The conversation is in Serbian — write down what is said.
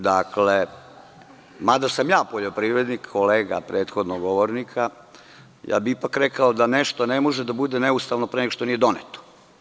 Dakle, mada sam ja poljoprivrednik, kolega prethodnog govornika, ipak bih rekao da nešto ne može da bude neustavno pre nego što nije doneto.